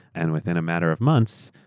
and within a matter of months,